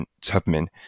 Tubman